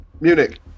Munich